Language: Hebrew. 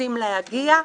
ורוצים להגיע.